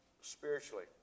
spiritually